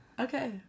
Okay